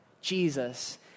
Jesus